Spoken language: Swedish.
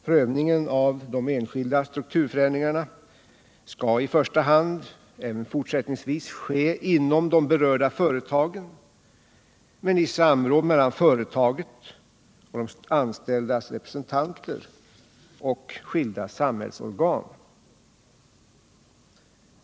Prövningen av de enskilda strukturförändringarna skall i första hand även fortsättningsvis ske inom de berörda företagen men i samråd mellan företaget, de anställdas representanter och skilda samhällsorgan.